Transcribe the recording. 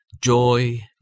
joy